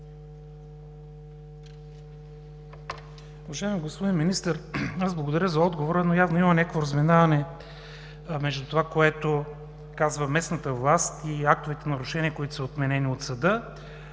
Уважаеми господин Министър, благодаря за отговора, но явно има някакво разминаване между това, което казва местната власт, и актовете за нарушение, които са отменени от съда,